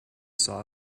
saw